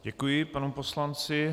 Děkuji panu poslanci.